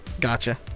Gotcha